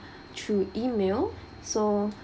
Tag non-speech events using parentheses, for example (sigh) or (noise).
(breath) through email so